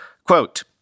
Quote